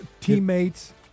teammates